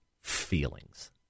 feelings